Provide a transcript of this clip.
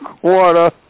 quarter